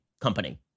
company